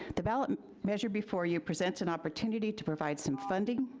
the ballot measure before you presents an opportunity to provide some funding.